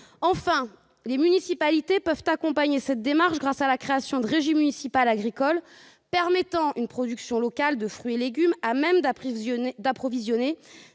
Enfin, les municipalités peuvent accompagner cette démarche par la création de régies municipales agricoles, permettant une production locale de fruits et légumes à même d'approvisionner